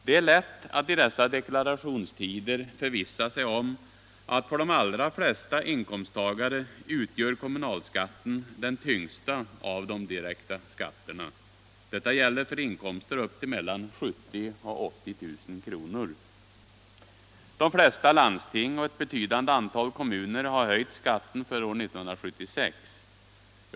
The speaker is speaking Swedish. Det är lätt att i dessa deklarationstider förvissa sig om att för de allra flesta inkomsttagare kommunalskatten utgör den tyngsta av de direkta skatterna. Detta gäller för inkomster upp till 70 000-80 000 kr. De flesta landsting och ett betydande antal kommuner har höjt skatten för år 1976.